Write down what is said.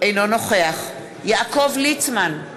אינו נוכח יעקב ליצמן,